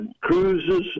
cruises